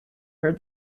her